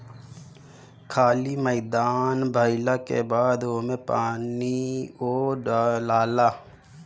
खाली मैदान भइला के बाद ओमे पानीओ डलाला